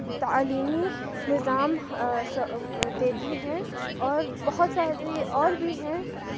تعلیمی نظام دیتی ہیں اور بہت ساری اور بھی ہیں